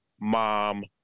mom